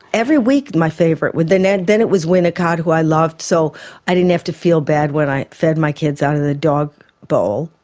every week my favourite, then and then it was winnicott who i loved, so i didn't have to feel bad when i fed my kids out of the dog bowl,